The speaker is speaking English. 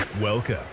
Welcome